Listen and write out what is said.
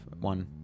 one